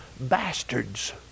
Bastards